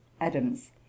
Adams